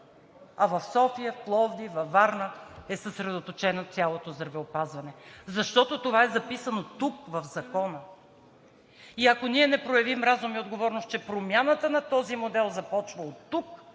а в София, в Пловдив, във Варна е съсредоточено цялото здравеопазване?! Защото това е записано тук в Закона и ако ние не проявим разум и отговорност, че промяната на този модел започва оттук,